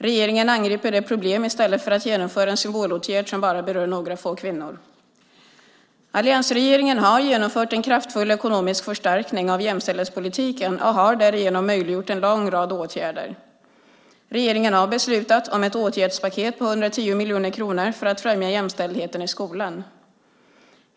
Regeringen angriper de problemen i stället för att genomföra en symbolåtgärd som bara berör några få kvinnor. Alliansregeringen har genomfört en kraftfull ekonomisk förstärkning av jämställdhetspolitiken och har därigenom möjliggjort en lång rad åtgärder. Regeringen har beslutat om ett åtgärdspaket på 110 miljoner kronor för att främja jämställdheten i skolan.